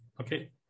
Okay